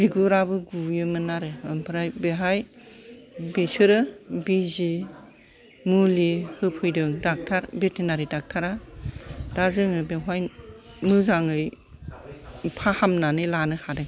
बिगुरआबो गुयोमोन आरो ओमफ्राय बेहाय बेसोरो बिजि मुलि होफैदों डाक्टार भेटेनारि डाक्टारआ दा जोङो बेवहाय मोजाङै फाहामनानै लानो हादों